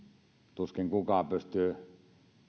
tuskin kukaan pystyy